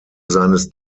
seines